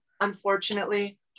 unfortunately